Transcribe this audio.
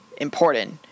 important